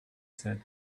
said